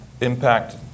impact